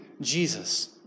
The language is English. Jesus